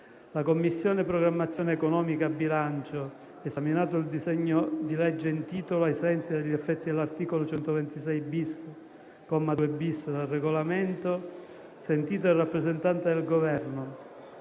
La Commissione programmazione economica, bilancio, esaminato il disegno di legge in titolo, ai sensi e per gli effetti dell'articolo 126-*bis*, comma 2-*bis*, del Regolamento, sentito il rappresentante del Governo,